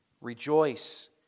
Rejoice